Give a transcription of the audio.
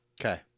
Okay